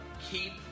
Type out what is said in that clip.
Keep